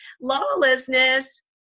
Lawlessness